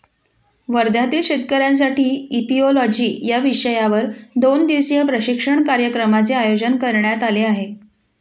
वर्ध्यातील शेतकऱ्यांसाठी इपिओलॉजी या विषयावर दोन दिवसीय प्रशिक्षण कार्यक्रमाचे आयोजन करण्यात आले आहे